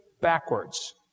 backwards